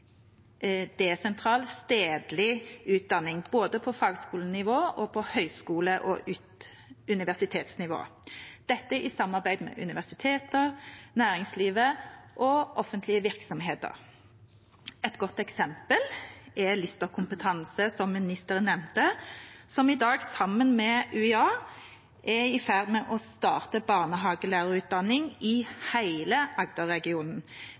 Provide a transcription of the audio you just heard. desentral stedlig utdanning både på fagskolenivå og på høgskole- og universitetsnivå, dette i samarbeid med universiteter, næringslivet og offentlige virksomheter. Et godt eksempel er Lister Kompetanse, som statsråden nevnte, som i dag sammen med UiA er i ferd med å starte barnehagelærerutdanning